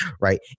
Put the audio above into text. Right